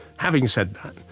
having said that,